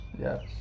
Yes